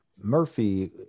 Murphy